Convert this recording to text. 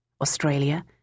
Australia